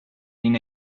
been